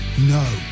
no